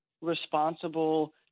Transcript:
responsible